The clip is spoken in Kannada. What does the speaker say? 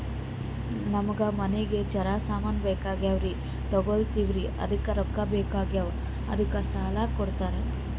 ನಮಗ ಮನಿಗಿ ಜರ ಸಾಮಾನ ಬೇಕಾಗ್ಯಾವ್ರೀ ತೊಗೊಲತ್ತೀವ್ರಿ ಅದಕ್ಕ ರೊಕ್ಕ ಬೆಕಾಗ್ಯಾವ ಅದಕ್ಕ ಸಾಲ ಕೊಡ್ತಾರ?